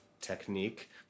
technique